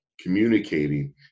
communicating